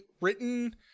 written